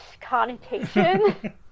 connotation